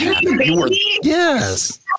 Yes